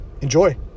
enjoy